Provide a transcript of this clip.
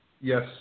Yes